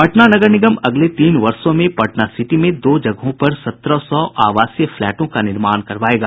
पटना नगर निगम अगले तीन वर्षों में पटनासिटी में दो जगहों पर सत्रह सौ आवासीय फ्लैटों का निर्माण करवायेगा